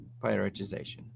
prioritization